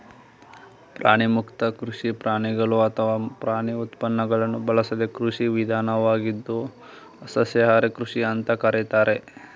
ಪ್ರಾಣಿಮುಕ್ತ ಕೃಷಿ ಪ್ರಾಣಿಗಳು ಅಥವಾ ಪ್ರಾಣಿ ಉತ್ಪನ್ನಗಳನ್ನು ಬಳಸದ ಕೃಷಿ ವಿಧಾನವಾಗಿದ್ದು ಸಸ್ಯಾಹಾರಿ ಕೃಷಿ ಅಂತ ಕರೀತಾರೆ